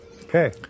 Okay